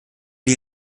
die